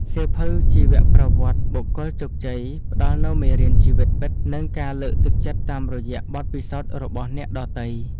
សៀវភៅជីវប្រវត្តិបុគ្គលជោគជ័យ ផ្ដល់នូវមេរៀនជីវិតពិត និងការលើកទឹកចិត្តតាមរយៈបទពិសោធន៍របស់អ្នកដទៃ។